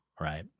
right